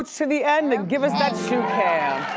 to the end, and give us that shoe cam.